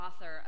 author